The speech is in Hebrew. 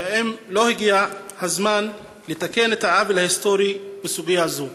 האם לא הגיע הזמן לתקן את העוול ההיסטורי בסוגיה זו?